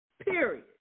period